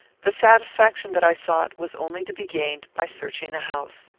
the satisfaction that i sought was only to be gained by searching the house.